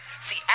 See